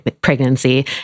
pregnancy